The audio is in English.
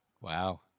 Wow